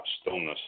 stillness